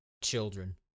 children